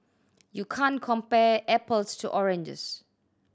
you can't compare apples to oranges